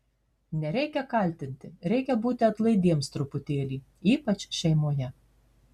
nereikia kaltinti reikia būti atlaidiems truputėlį ypač šeimoje